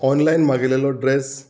online मागिल्लेलो dress